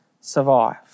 survive